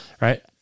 Right